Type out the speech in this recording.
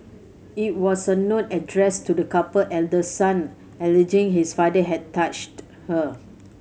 it was a note addressed to the couple elder son alleging his father had touched her